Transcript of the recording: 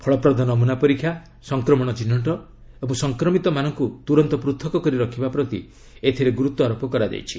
ଫଳପ୍ରଦ ନମୁନା ପରୀକ୍ଷା ସଂକ୍ରମଣ ଚିହ୍ନଟ ଏବଂ ସଂକ୍ରମିତମାନଙ୍କୁ ତୁରନ୍ତ ପୃଥକ କରି ରଖିବା ପ୍ରତି ଏଥିରେ ଗୁରୁତ୍ୱାରୋପ କରାଯାଇଛି